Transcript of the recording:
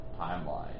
timeline